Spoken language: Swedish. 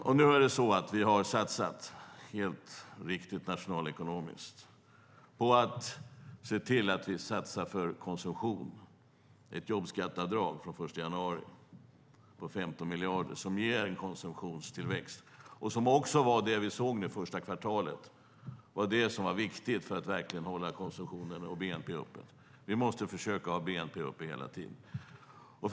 Vi har sett till att satsa, helt riktigt nationalekonomiskt, på konsumtion med ett jobbskatteavdrag från den 1 januari på 15 miljarder. Det ger en konsumtionstillväxt, och som vi såg det första kvartalet är det detta som är viktigt för att hålla konsumtionen och bnp uppe. Vi måste försöka att hålla bnp uppe hela tiden.